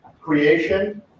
creation